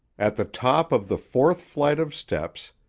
at the top of the fourth flight of steps,